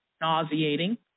nauseating